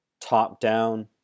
top-down